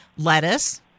lettuce